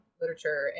literature